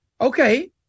okay